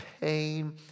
pain